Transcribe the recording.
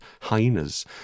hyenas